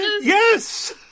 Yes